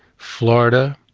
florida,